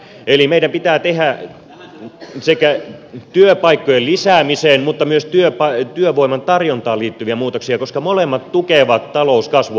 eli meidän pitää tehdä sekä työpaikkojen lisäämiseen mutta myös työvoiman tarjontaan liittyviä muutoksia koska molemmat tukevat talouskasvua